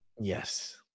Yes